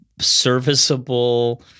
serviceable